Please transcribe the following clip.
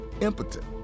impotent